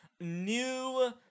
new